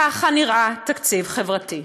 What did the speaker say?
ככה נראה תקציב חברתי.